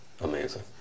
amazing